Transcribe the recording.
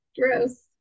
gross